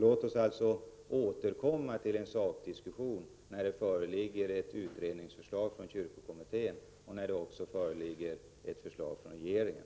Låt oss alltså återkomma till en sakdiskussion när det föreligger ett utredningsförslag från kyrkokommittén och när det också föreligger ett förslag från regeringen.